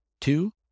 Two